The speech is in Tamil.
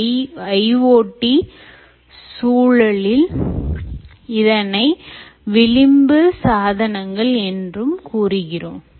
IoT சூழலில் இதனை விளிம்பு சாதனங்கள் என்றும் கூறுகிறோம்